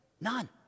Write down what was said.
None